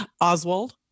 oswald